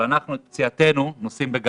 אבל אנחנו נושאים את פציעתנו בגאווה.